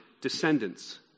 descendants